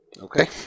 Okay